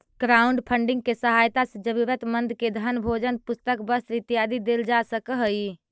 crowdfunding के सहायता से जरूरतमंद के धन भोजन पुस्तक वस्त्र इत्यादि देल जा सकऽ हई